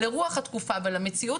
לרוח התקופה ולמציאות